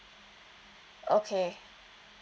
okay